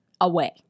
away